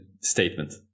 statement